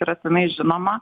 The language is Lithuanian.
yra senai žinoma